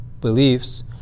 beliefs